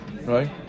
right